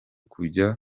kujya